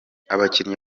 abakinnyi